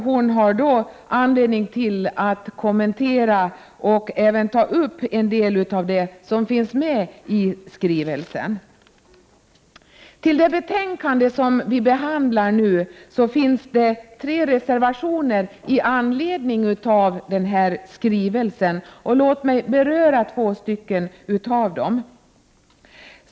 Hon har då anledning att kommentera och även ta upp en del av det som finns med i skrivelsen. Till det betänkande vi nu behandlar finns tre reservationer fogade i anledning av denna skrivelse. Låt mig beröra två av dem.